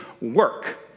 work